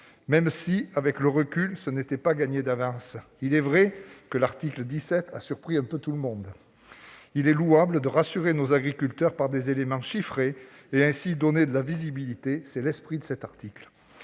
même si, avec le recul, le résultat n'était pas gagné d'avance. Il est vrai que l'article 17 a surpris un peu tout le monde. Il est louable de rassurer nos agriculteurs par des éléments chiffrés leur donnant de la visibilité. C'est l'esprit de cet article.